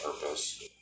purpose